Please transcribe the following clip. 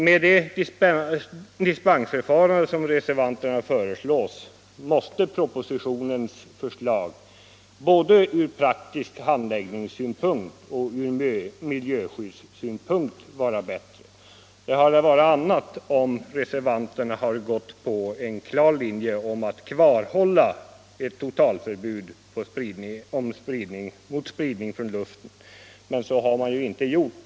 Med det dispensförfarande som reservanterna föreslår måste propositionens förslag både ur praktisk handläggningssynpunkt och ur miljöskyddssynpunkt vara bättre. Det hade varit annat om reservanterna hade gått på en klar linje om att kvarhålla ett totalförbud mot spridning från luften, men det har de inte gjort.